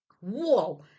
whoa